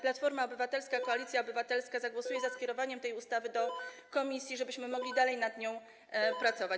Platforma Obywatelska - Koalicja Obywatelska zagłosuje za skierowaniem tej ustawy do komisji, żebyśmy mogli dalej nad nią pracować.